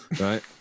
right